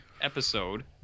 episode